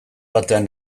batean